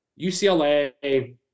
UCLA